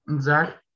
Zach